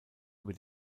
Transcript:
über